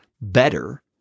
better